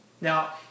Now